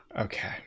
Okay